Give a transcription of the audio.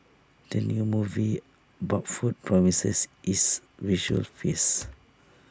the new movie about food promises is visual feast